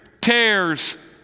tears